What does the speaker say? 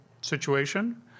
situation